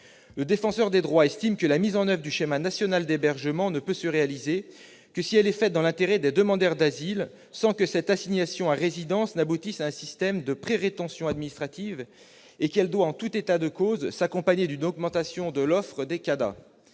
Le Défenseur des droits estime que la mise en oeuvre du schéma national d'hébergement ne peut se réaliser que si elle est faite dans l'intérêt des demandeurs d'asile, sans que l'assignation à résidence aboutisse à un système de prérétention administrative, et qu'elle doit, en tout état de cause, s'accompagner d'une augmentation de l'offre des